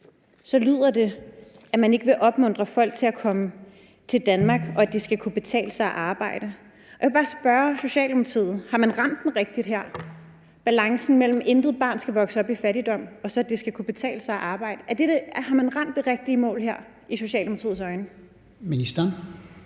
så fremgår det, at man ikke vil opfordre folk til at komme til Danmark, og at det skal kunne betale sig at arbejde. Jeg vil bare spørge Socialdemokratiet: Har man her ramt balancen mellem, at ingen skal vokse op i fattigdom, og at det skal kunne betale sig arbejde? Har man her ramt målet rigtigt i Socialdemokratiets øjne?